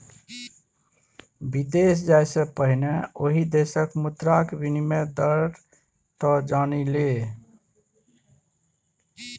विदेश जाय सँ पहिने ओहि देशक मुद्राक विनिमय दर तँ जानि ले